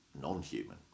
non-human